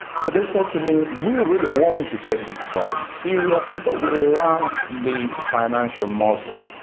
so they say to me, we really want to take this problem seriously, but we lack the financial muscle.